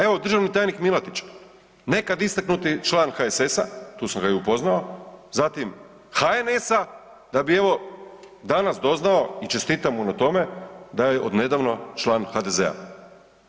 Evo, državni tajnik Milatić nekad istaknuti član HSS-a, tu sam ga i upoznao, zatim HNS-a da bi evo danas doznao i čestitam mu na tome da je od nedavno član HDZ-a.